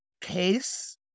case